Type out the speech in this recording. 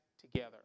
together